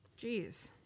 Jeez